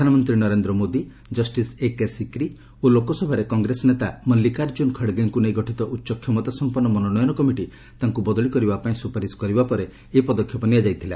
ପ୍ରଧାନମନ୍ତ୍ରୀ Narendra Modi justice A K Sikri ଓ ଲୋକସଭାରେ କଂଗ୍ରେସ ନେତା ମଲ୍ଲିକାର୍ଜୁନ ଖଡ଼ଗେଙ୍କୁ ନେଇ ଗଠିତ ଉଚ୍ଚ କ୍ଷମତା ସମ୍ପନ୍ନ ମନୋନୟନ କମିଟି ତାଙ୍କ ବଦଳି କରିବା ପାଇଁ ସ୍ରପାରିଶ କରିବା ପରେ ଏହି ପଦକ୍ଷେପ ନିଆଯାଇଥିଲା